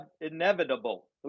inevitable